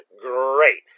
great